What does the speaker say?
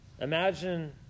Imagine